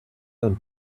and